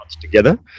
together